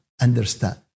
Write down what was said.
understand